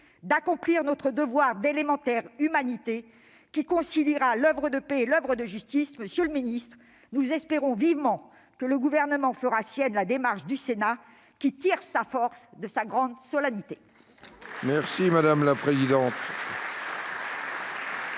d'accomplir notre devoir d'élémentaire humanité [...] qui conciliera l'oeuvre de paix et l'oeuvre de justice ». Monsieur le ministre, nous espérons vivement que le Gouvernement fera sienne la démarche du Sénat, qui tire sa force de sa grande solennité. La parole est